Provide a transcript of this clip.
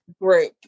group